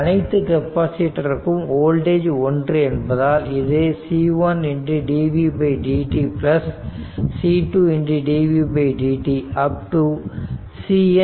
அனைத்து கெபாசிட்டருக்கும் வோல்டேஜ் ஒன்று என்பதால் இது C1 dvdt C2 dvdt